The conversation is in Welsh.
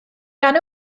gan